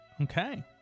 Okay